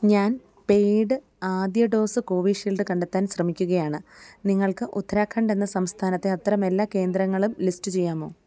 ഞാൻ പേയ്ഡ് ആദ്യ dose Covishield കണ്ടെത്താൻ ശ്രമിക്കുകയാണ് നിങ്ങൾക്ക് ഉത്തരാഖണ്ഡ് എന്ന സംസ്ഥാനത്തെ അത്തരമെല്ലാ കേന്ദ്രങ്ങളും ലിസ്റ്റ് ചെയ്യാമോ